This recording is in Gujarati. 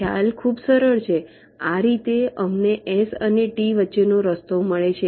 ખ્યાલ ખૂબ જ સરળ છે આ રીતે અમને S અને T વચ્ચેનો રસ્તો મળે છે